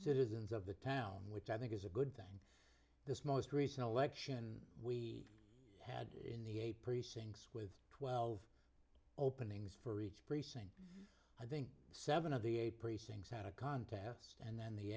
citizens of the town which i think is a good thing this most recent election we had in the eight precincts with twelve openings for each precinct i think seven of the eight precincts had a contest and then the